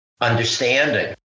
understanding